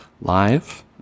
live